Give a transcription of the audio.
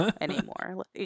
anymore